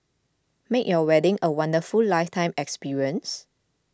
make your wedding a wonderful lifetime experience